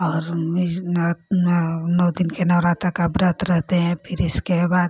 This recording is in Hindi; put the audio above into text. और इस नव नौ दिन के नौराता का व्रत रहते हैं फिर इसके बाद